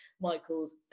Michael's